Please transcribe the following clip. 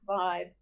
vibe